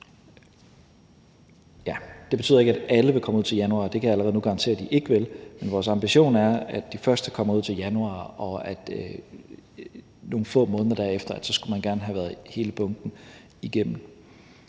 Ja, det betyder ikke, at alle vil komme ud til januar, det kan jeg allerede nu garantere at de ikke vil, men vores ambition er, at de første kommer ud til januar, og at man nogle få måneder derefter gerne skulle være kommet hele bunken igennem.